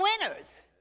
winners